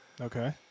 okay